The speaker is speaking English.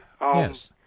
Yes